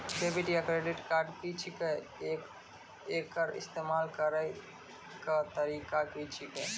Debit या credit card की छियै? एकर इस्तेमाल करैक तरीका की छियै?